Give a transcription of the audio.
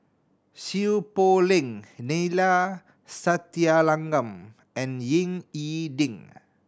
Seow Poh Leng Neila Sathyalingam and Ying E Ding